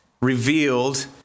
revealed